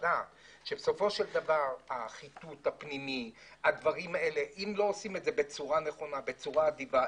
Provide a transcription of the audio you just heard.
אם לא עושים את החיטוט הפנימי בצורה תקינה ואדיבה,